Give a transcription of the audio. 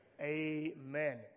amen